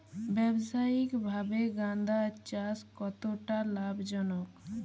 ব্যবসায়িকভাবে গাঁদার চাষ কতটা লাভজনক?